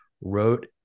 wrote